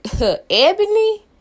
Ebony